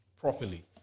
properly